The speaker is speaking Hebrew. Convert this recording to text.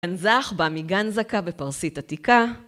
גנזך בא מגנזקה בפרסית עתיקה.